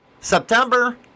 September